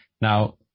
Now